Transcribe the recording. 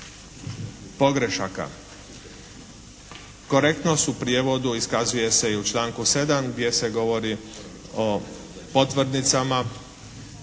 pogrešaka. Korektnost u prijevodu iskazuje se i u članku 7. gdje se govori o potvrdnicama